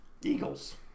Eagles